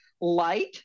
light